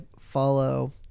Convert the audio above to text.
follow